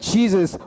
Jesus